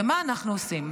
ומה אנחנו עושים?